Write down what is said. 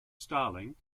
starling